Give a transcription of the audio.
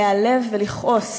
להיעלב ולכעוס